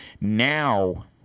Now